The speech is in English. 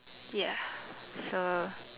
ya so